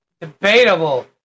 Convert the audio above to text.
Debatable